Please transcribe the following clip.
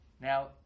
Now